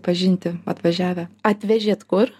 pažinti atvažiavę atvežėt kur